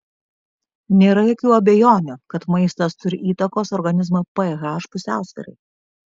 nėra jokių abejonių kad maistas turi įtakos organizmo ph pusiausvyrai